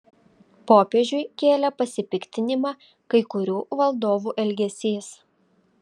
popiežiui kėlė pasipiktinimą kai kurių valdovų elgesys